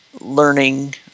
learning